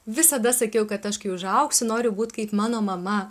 visada sakiau kad aš kai užaugsiu noriu būt kaip mano mama